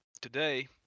today